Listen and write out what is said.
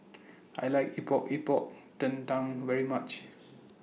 I like Epok Epok Kentang very much